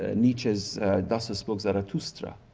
ah nietzsche's thus spoke zarathustra.